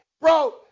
Bro